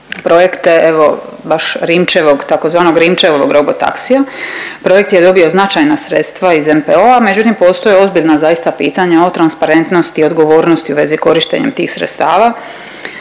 projekte evo baš Rimčevog tzv. Rimčevog robotaksija. Projekt je dobio značajna sredstva iz NPO-a međutim postoje ozbiljna zaista pitanja o transparentnosti i odgovornosti u vezi korištenja tih sredstava.